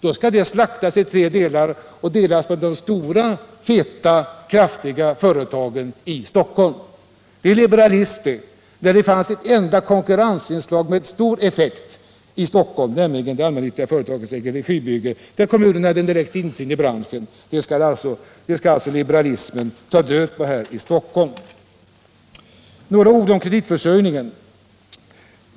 Då skall det slaktas i tre delar och delas på de stora, kraftiga företagen i Stockholm. Det är liberalism, när det fanns ett konkurrensinslag med stor effekt i Stockholm, nämligen det allmännyttiga företaget, där kommunerna hade en direkt insyn i branschen. Liberalismen skall alltså ta död på det konkurrensinslaget här i Stockholm. Några ord om kreditförsörjningen.